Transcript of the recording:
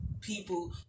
people